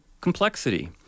complexity